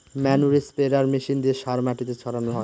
ম্যানুরে spreader machine দিয়ে সার মাটিতে ছড়ানো হয়